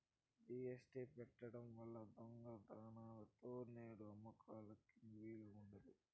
GST పెట్టడం వల్ల దొంగ దారులలో నేడు అమ్మడానికి వీలు ఉండదు